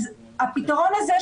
אז הפתרון הזה,